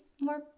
more